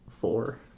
Four